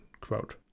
quote